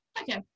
Okay